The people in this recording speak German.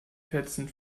fetzen